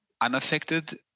unaffected